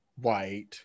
white